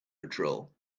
patrol